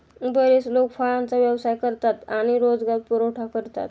बरेच लोक फळांचा व्यवसाय करतात आणि रोजगार पुरवठा करतात